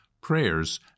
prayers